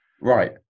Right